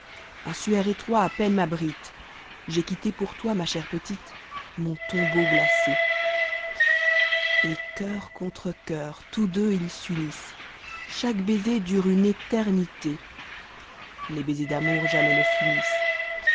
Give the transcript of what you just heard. un suaire étrom à peine m'abrite j'ai quitté pour toi ma chère petite mon tombeau glacé et cour contre coeur tous deux ils s'unissent chaque baiser dure une éternité les baisers d'amour jamais ne unissent